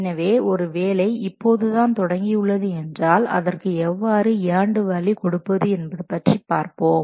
எனவே ஒரு வேலை இப்போது தான் தொடங்கி உள்ளது என்றால் அதற்கு எவ்வாறு ஏண்டு வேல்யூ கொடுப்பது என்பது பற்றி பார்ப்போம்